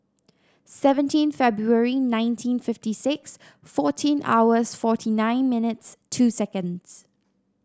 seventeen February nineteen fifty six fourteen hours forty nine minutes two seconds